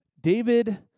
David